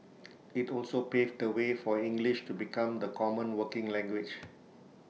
IT also paved the way for English to become the common working language